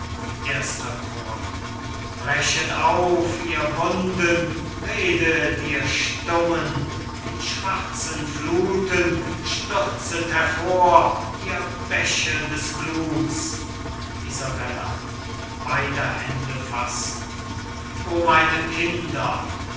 erster chor cajetan berengar manfred brechet auf ihr wunden redet ihr stummen in schwarzen fluthen stürzet hervor ihr bäche des bluts isabella beider hände fassend o meine kinder